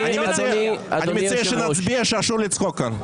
אני מציע שנצביע שאסור לצחוק כאן.